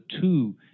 two